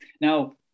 Now